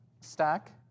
stack